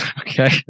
Okay